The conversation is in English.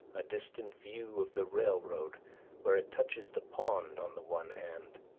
a distant view of the railroad where it touches the pond on the one hand,